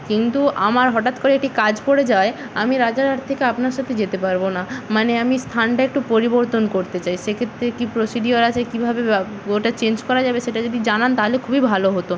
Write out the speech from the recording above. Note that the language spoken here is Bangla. কিন্তু আমার হঠাৎ করে একটি কাজ পড়ে যাওয়ায় আমি রাজারহাট থেকে আপনার সাথে যেতে পারব না মানে আমি স্থানটা একটু পরিবর্তন করতে চাই সেক্ষেত্রে কী প্রসিডিওর আছে কীভাবে ব্য ওটা চেঞ্জ করা যাবে সেটা যদি জানান তাহলে খুবই ভালো হতো